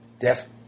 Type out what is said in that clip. death